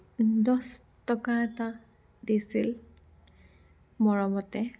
দহ টকা এটা দিছিল মৰমতে